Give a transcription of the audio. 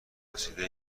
رسیده